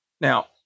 Now